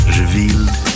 revealed